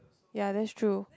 ya that's true